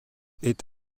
est